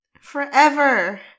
Forever